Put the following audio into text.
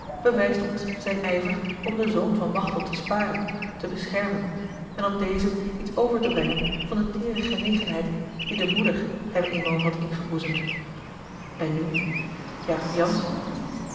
bewijst ons zijn ijver om den zoon van machteld te sparen te beschermen en op dezen iets over te brengen van de teêre genegenheid die de moeder hem eenmaal had ingeboezemd en nu jacob jansz